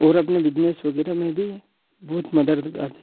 और अपने बिजनेस वगैरह में बी बहुत मदद करते